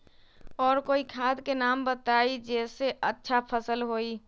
और कोइ खाद के नाम बताई जेसे अच्छा फसल होई?